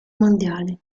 mondiale